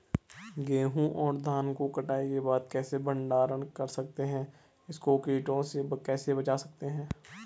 गेहूँ और धान को कटाई के बाद कैसे भंडारण कर सकते हैं इसको कीटों से कैसे बचा सकते हैं?